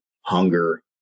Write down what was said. hunger